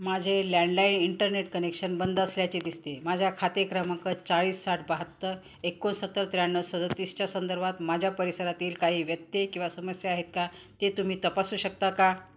माझे landline internet connection बंद असल्याचे दिसते माझ्या खाते क्रमांक चाळीस साठ बहात्तर एकोणसत्तर त्र्याण्णव सदतीसच्या संदर्भात माझ्या परिसरातील काही व्यत्यय किंवा समस्या आहेत का ते तुम्ही तपासू शकता का